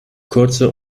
kurze